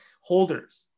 holders